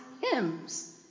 hymns